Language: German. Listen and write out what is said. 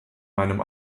meinem